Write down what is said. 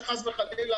שחס וחלילה,